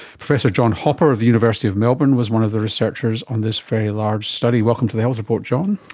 professor john hopper of the university of melbourne was one of the researchers on this very large study. welcome to the health report, john.